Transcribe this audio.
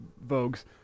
Vogue's